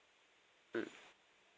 mm